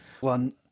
one